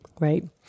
Right